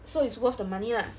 so it's worth the money lah